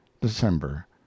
December